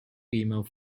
female